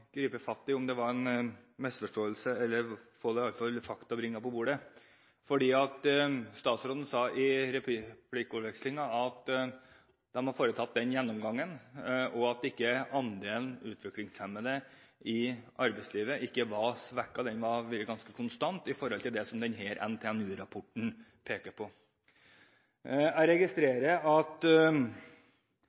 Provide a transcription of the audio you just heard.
gripe fatt i en mulig misforståelse – eller iallfall få fakta brakt på bordet – for i replikkordvekslingen sa statsråden at de har foretatt en gjennomgang av hva denne NTNU-rapporten peker på, og at andelen utviklingshemmede i arbeidslivet ikke var svekket, men hadde vært ganske konstant. Jeg registrerer at